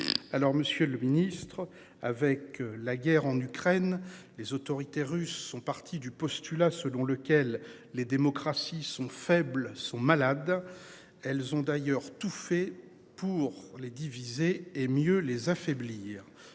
Alors Monsieur le Ministre. Avec la guerre en Ukraine, les autorités russes sont partis du postulat selon lequel les démocraties sont faibles, sont malades. Elles ont d'ailleurs tout fait pour les diviser et mieux les affaiblir